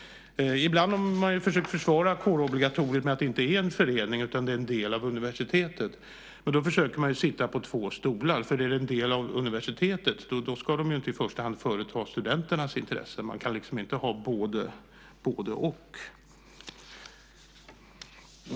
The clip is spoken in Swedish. Ibland har man försökt försvara kårobligatoriet med argumentet att det inte är en förening utan en del av universitetet. Men då försöker man sitta på två stolar. Är det en del av universitetet ska man ju inte i första hand företräda studenternas intressen. Man kan liksom inte ha både-och.